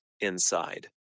inside